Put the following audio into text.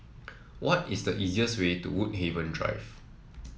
what is the easiest way to Woodhaven Drive